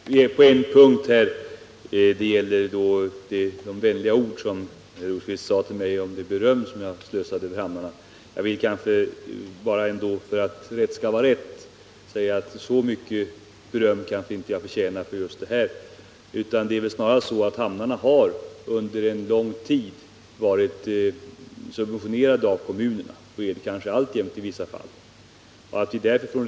Herr talman! Jag skall bara gå in på en punkt här: det gäller de vänliga ord som Birger Rosqvist yttrade till mig om det beröm som jag slösade på hamnarna. Jag vill då, bara för att rätt skall vara rätt, säga att så mycket beröm för detta kanske jag inte förtjänar, utan det är väl snarast så att hamnarna under lång tid har varit subventionerade av kommunerna och alltjämt är det i vissa fall.